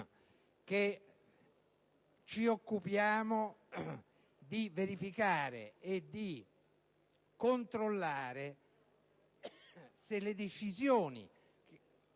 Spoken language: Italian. che ci occupiamo di verificare e controllare se le decisioni